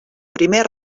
primer